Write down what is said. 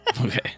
Okay